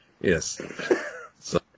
Yes